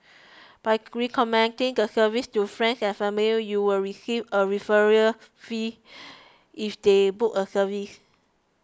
by recommending the service to friends and family you will receive a referral fee if they book a service